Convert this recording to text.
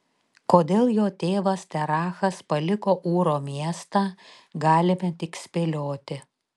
kodėl jo tėvas terachas paliko ūro miestą galime tik spėlioti